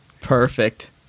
Perfect